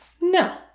No